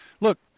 look